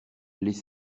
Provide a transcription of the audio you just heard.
les